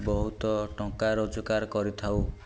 ବହୁତ ଟଙ୍କା ରୋଜଗାର କରିଥାଉ